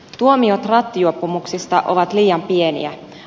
tuomiot rattijuopumuksista ovat liian pieniä